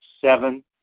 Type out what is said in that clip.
seven